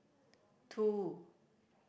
two